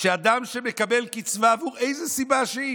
שאדם שמקבל קצבה מאיזו סיבה,